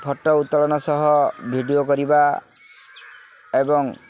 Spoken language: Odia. ଫଟୋ ଉତ୍ତୋଳନ ସହ ଭିଡ଼ିଓ କରିବା ଏବଂ